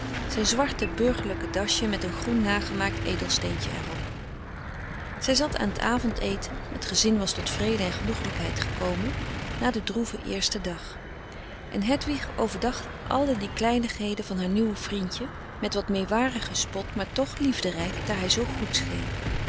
zijn zwarte burgerlijke dasje met een groen nagemaakt edelsteentje er op zij zat aan t avond eten het gezin was tot wat vrede en genoegelijkheid gekomen na den droeven eersten dag en hedwig overdacht alle die kleinigheden van haar nieuw vriendje met wat meewarigen spot maar toch liefderijk daar hij zoo goed